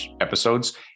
episodes